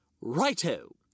Righto